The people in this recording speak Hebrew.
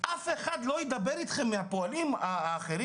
אף אחד לא ידבר אתכם מהפועלים האחרים.